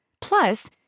Plus